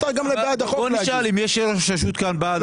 תשאל אם יש רשות שהיא בעד החוק.